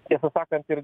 tiesą sakant ir